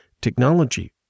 technology